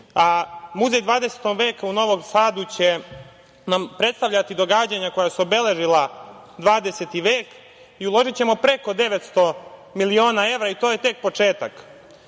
a Muzej 20. veka u Novom Sadu će nam predstavljati događanja koja su obeležila 20. vek i uložićemo preko 900 miliona evra i to je tek početak. Tu